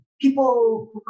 People